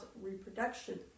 reproduction